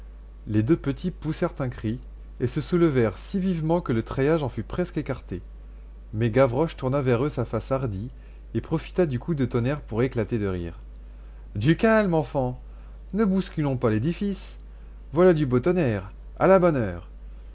les deux petits poussèrent un cri et se soulevèrent si vivement que le treillage en fut presque écarté mais gavroche tourna vers eux sa face hardie et profita du coup de tonnerre pour éclater de rire du calme enfants ne bousculons pas l'édifice voilà du beau tonnerre à la bonne heure